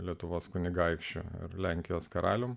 lietuvos kunigaikščio ar lenkijos karaliumi